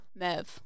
Mev